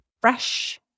fresh